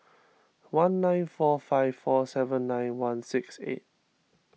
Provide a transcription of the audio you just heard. one nine four five four seven nine one six eight